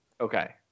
okay